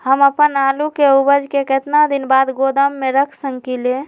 हम अपन आलू के ऊपज के केतना दिन बाद गोदाम में रख सकींले?